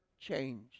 change